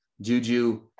Juju